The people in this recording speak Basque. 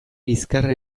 bizkarra